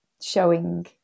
showing